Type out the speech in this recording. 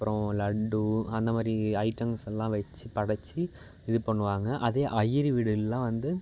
அப்புறம் லட்டு அந்த மாதிரி ஐட்டம்ஸ் எல்லாம் வெச்சி படைத்து இது பண்ணுவாங்க அதே ஐயரு வீடுல்லாம் வந்து